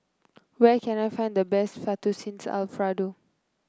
where can I find the best Fettuccine Alfredo